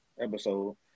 episode